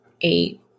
eight